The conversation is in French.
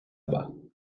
bas